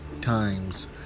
times